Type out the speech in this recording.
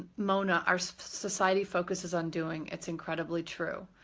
ah mona, our society focuses on doing. it's incredibly true.